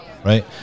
Right